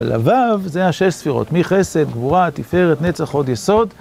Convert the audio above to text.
לבב זה השש ספירות, מי חסד, גבורה, תפארת, נצח, חוד יסוד.